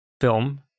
film